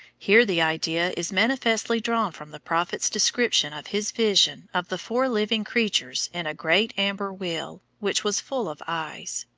here the idea is manifestly drawn from the prophet's description of his vision of the four living creatures in a great amber wheel, which was full of eyes.